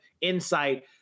insight